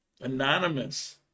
Anonymous